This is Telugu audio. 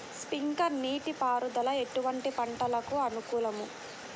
స్ప్రింక్లర్ నీటిపారుదల ఎటువంటి పంటలకు అనుకూలము?